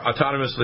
autonomously